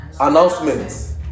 announcements